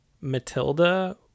Matilda